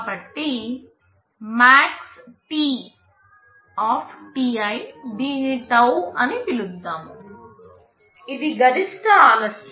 కాబట్టి maxtti దీనిని tau అని పిలుద్దాం ఇది గరిష్ట ఆలస్యం